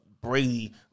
Brady